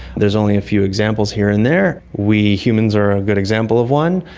there's only a few examples here and there. we humans are a good example of one,